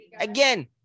Again